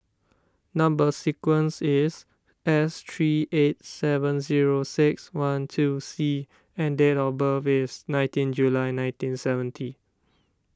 Number Sequence is S three eight seven zero six one two C and date of birth is nineteen July nineteen seventy